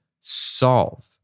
solve